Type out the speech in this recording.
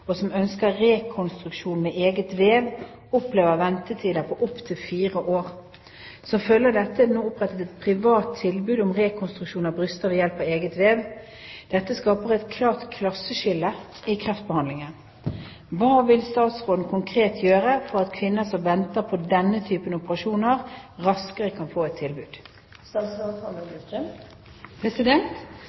og som ønsker rekonstruksjon med eget vev, opplever ventetider på opp til fire år. Som følge av dette er det nå opprettet et privat tilbud om rekonstruksjon av bryster ved hjelp av eget vev. Dette skaper et klart klasseskille i kreftbehandlingen. Hva vil statsråden konkret gjøre for at kvinner som venter på denne type operasjoner, raskt kan få et tilbud?»